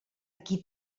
qui